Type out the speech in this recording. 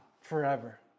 forever